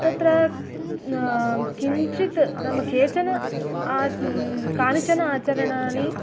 तत्र किञ्चित् नाम केचन कानिचन आचरणानि